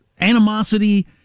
animosity